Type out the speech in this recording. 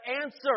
answer